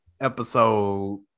episode